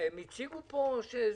הם הציגו פה.